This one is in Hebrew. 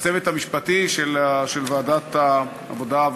לצוות המשפטי של ועדת העבודה,